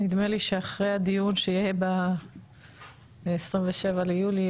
נדמה לי שאחרי הדיון שיהיה ב-27 ביוני,